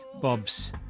Bob's